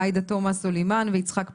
עאידה תומא סלימאן ויצחק פינדרוס,